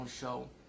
show